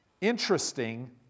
Interesting